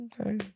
Okay